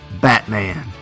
Batman